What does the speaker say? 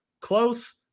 close